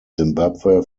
zimbabwe